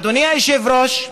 אדוני היושב-ראש,